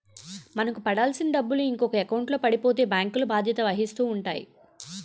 మనకు పడాల్సిన డబ్బులు ఇంకొక ఎకౌంట్లో పడిపోతే బ్యాంకులు బాధ్యత వహిస్తూ ఉంటాయి